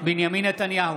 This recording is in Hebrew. בנימין נתניהו,